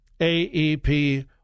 AEP